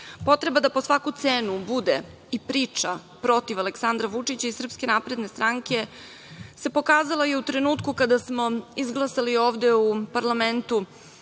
Potreba da po svaku cenu bude i priča protiv Aleksandra Vučića i SNS se pokazala i u trenutku kada smo izglasali ovde u parlamentu